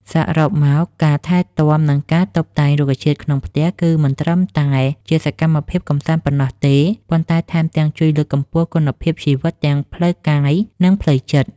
សរុបមក ការថែទាំ និងការតុបតែងរុក្ខជាតិក្នុងផ្ទះគឺមិនត្រឹមតែជាសកម្មភាពកម្សាន្តប៉ុណ្ណោះទេ ប៉ុន្តែថែមទាំងជួយលើកកម្ពស់គុណភាពជីវិតទាំងផ្លូវកាយ និងផ្លូវចិត្ត។